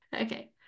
Okay